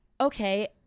okay